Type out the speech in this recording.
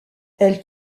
elle